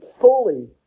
fully